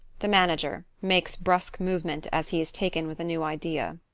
the manager makes brusque movement as he is taken with a new idea.